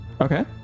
Okay